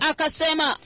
Akasema